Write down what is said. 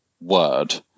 word